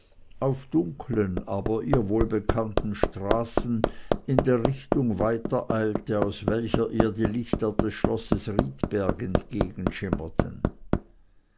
auf dunkeln aber ihr wohlbekannten straßen in der richtung weitereilte aus welcher ihr die lichter des schlosses riedberg